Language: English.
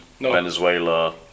Venezuela